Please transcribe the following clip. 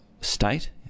state